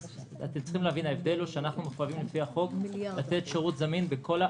אתם צריכים להבין: אנחנו מחויבים על פי החוק לתת שירות זמין בכל הארץ,